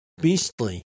beastly